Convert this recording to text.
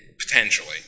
Potentially